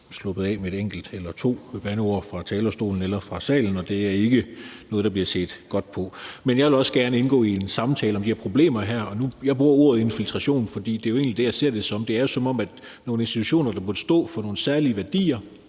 sluppet et enkelt eller to bandeord fra talerstolen eller fra salen, og det er ikke noget, der bliver set mildt på. Jeg vil også gerne indgå i en samtale om de problemer her, og jeg bruger ordet infiltration, for det er egentlig det, jeg ser det som. Det er jo, som om nogle institutioner, der burde stå for nogle særlige værdier,